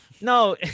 No